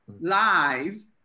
live